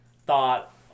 thought